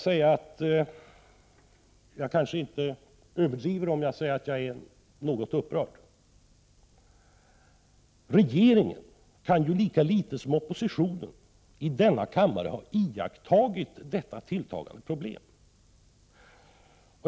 Jag tror inte att jag överdriver om jag säger att jag är något upprörd. Regeringen kan ju lika litet som oppositionen i denna kammare ha undgått att iaktta detta tilltagande problem.